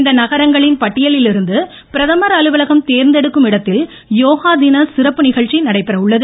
இந்த நகரங்களின் பட்டியலிலிருந்து பிரதமர் அலுவலகம் தேர்ந்தெடுக்கும் இடத்தில் யோகா தின சிறப்பு நிகழ்ச்சி நடைபெற உள்ளது